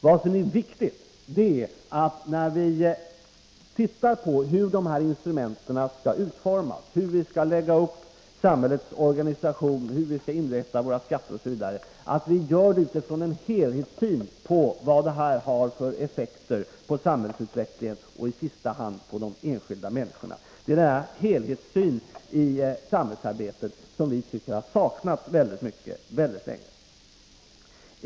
Vad som är viktigt är att vi, när vi ser på hur de här instrumenten skall utformas, hur vi skall lägga upp samhällsorganisationen, hur vi skall inrätta våra skatter osv., gör det utifrån en helhetssyn på vad detta har för effekter på samhällsutvecklingen och i sista hand på de enskilda människorna. Det är denna helhetssyn i samhällsarbetet som vi tycker har saknats väldigt mycket och väldigt länge.